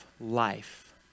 life